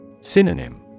Synonym